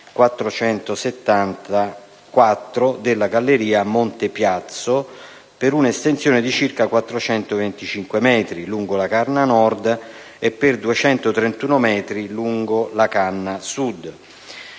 84,474), della galleria Monte Piazzo, per un'estensione di circa 425 metri, lungo la canna nord, e per 231 metri lungo la canna sud.